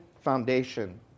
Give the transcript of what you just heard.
foundation